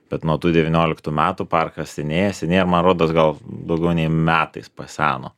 bet nuo tų devynioliktų metų parkas senėja senėja ma rodos gal daugiau nei metais paseno